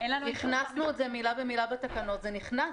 הכנסנו את זה מילה במילה בתקנות, זה נכנס,